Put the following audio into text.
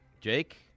Jake